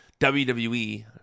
WWE